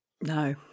No